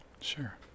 Sure